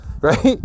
right